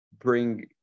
bring